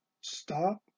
Stop